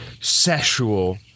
sexual